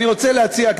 אני רוצה להציע,